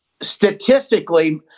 statistically